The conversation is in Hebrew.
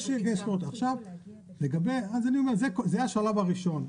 אני אומר שזה השלב הראשון.